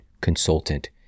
consultant